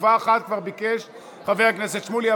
תגובה אחת כבר ביקש חבר הכנסת שמולי,